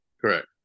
Correct